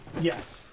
Yes